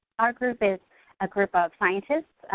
our group is a group of scientists,